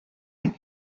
way